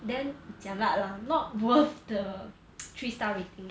damn jialat lah not worth the three star rating